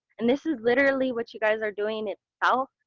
and this is literally what you guys are doing itself,